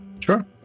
sure